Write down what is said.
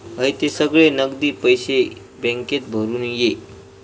हयते सगळे नगदी पैशे बॅन्केत भरून ये